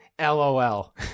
LOL